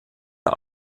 der